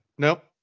Nope